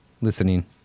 listening